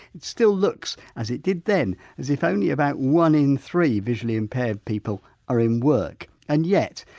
it still looks as it did then, as if only about one in three visually impaired people are in work. and yet,